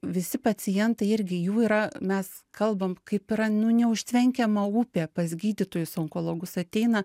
visi pacientai irgi jų yra mes kalbam kaip yra nu neužtvenkiama upė pas gydytojus onkologus ateina